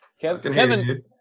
Kevin